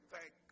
Thank